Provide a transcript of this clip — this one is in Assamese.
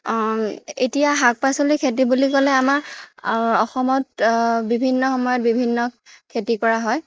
এতিয়া শাক পাচলি খেতি বুলি ক'লে আমাৰ অসমত বিভিন্ন সময়ত বিভিন্ন খেতি কৰা হয়